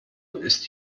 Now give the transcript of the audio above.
ist